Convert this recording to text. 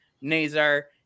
Nazar